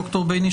ד"ר ביניש,